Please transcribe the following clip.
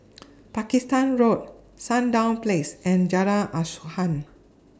Pakistan Road Sandown Place and Jalan Asuhan